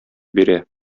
бирә